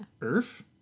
Earth